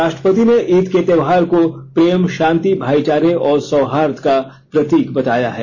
राष्ट्रपति ने ईद के त्यौहार को प्रेम शांति भाईचारे और सौहार्द का प्रतीक बताया है